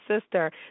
sister